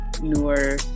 newer